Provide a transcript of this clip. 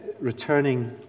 Returning